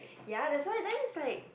ya that's why then it's like